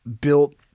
built